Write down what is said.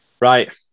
Right